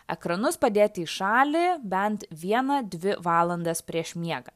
ekranus padėti į šalį bent vieną dvi valandas prieš miegą